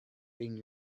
being